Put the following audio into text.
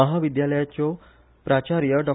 म्हाविद्यालयाच्यो प्राचार्य डॉ